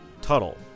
Tuttle